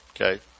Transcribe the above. okay